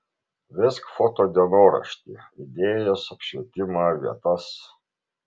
vesk foto dienoraštį idėjas apšvietimą vietas